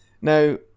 Now